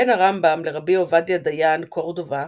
בין הרמב"ם לר' עובדיה דיין קורדובה